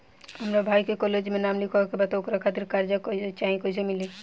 हमरा भाई के कॉलेज मे नाम लिखावे के बा त ओकरा खातिर कर्जा चाही कैसे मिली?